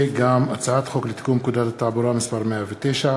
הצעת חוק לתיקון פקודת התעבורה (מס' 109),